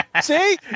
See